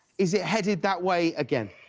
is it headed that way again?